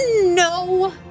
No